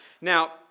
Now